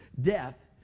death